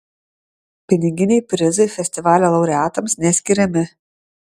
piniginiai prizai festivalio laureatams neskiriami